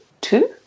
two